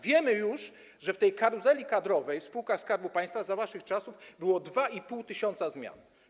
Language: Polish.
Wiemy już, że w tej karuzeli kadrowej w spółkach Skarbu Państwa za waszych czasów było 2,5 tys. zmian.